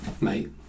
mate